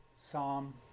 Psalm